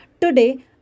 Today